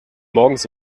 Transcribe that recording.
morgens